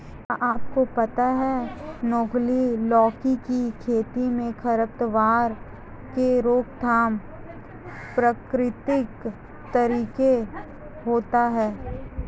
क्या आपको पता है नुकीली लौकी की खेती में खरपतवार की रोकथाम प्रकृतिक तरीके होता है?